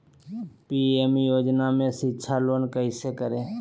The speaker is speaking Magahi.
पी.एम योजना में शिक्षा लोन कैसे करें?